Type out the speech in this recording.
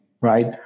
right